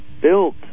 built